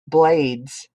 blades